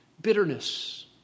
bitterness